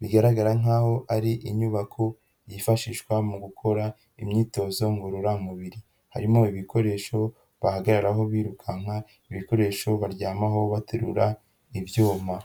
bigaragara nk'aho ari inyubako yifashishwa mu gukora imyitozo ngororamubiri. Harimo ibikoresho bahagararaho birukanka, ibikoresho baryamaho baterura ibyuma.